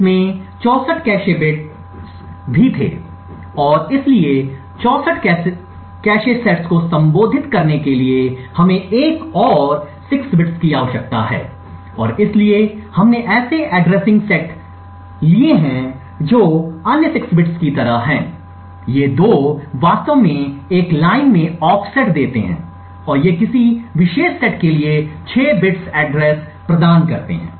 इसमें 64 cash set भी थे और इसलिए 64 कैश सेटों को संबोधित करने के लिए हमें एक और 6 बिट्स की आवश्यकता है और इसलिए हमने ऐसे एड्रेसिंग सेट किए हैं जो अन्य 6 बिट्स की तरह हैं ये 2 वास्तव में एक लाइन में ऑफसेट देते हैं और ये किसी विशेष सेट के लिए 6 बिट्स एड्रेस प्रदान करते हैं